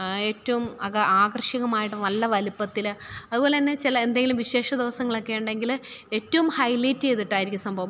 ഏറ്റവും അകാ ആകർഷകമായിട്ട് നല്ല വലിപ്പത്തില് അതുപോലെതന്നെ ചെല എന്തെങ്കിലും വിശേഷ ദിവസങ്ങളക്കേണ്ടങ്കില് ഏറ്റവും ഹൈലൈറ്റായിട്ടായിരിക്കും സംഭവം